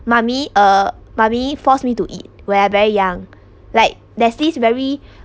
mummy uh mummy forced me to eat when I very young like there's this very